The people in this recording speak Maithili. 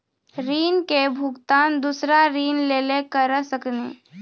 ऋण के भुगतान दूसरा ऋण लेके करऽ सकनी?